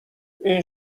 این